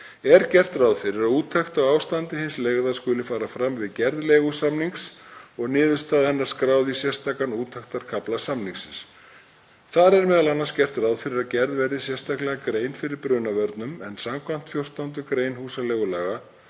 er gert ráð fyrir að úttekt á ástandi hins leigða skuli fara fram við gerð leigusamnings og niðurstaða hennar skráð í sérstakan úttektarkafla samningsins. Þar er m.a. gert ráð fyrir að sérstaklega verði gerð grein fyrir brunavörnum en skv. 14. gr. húsaleigulaga